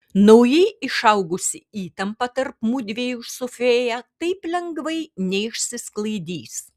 naujai išaugusi įtampa tarp mudviejų su fėja taip lengvai neišsisklaidys